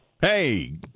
hey